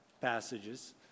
passages